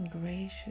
Gracious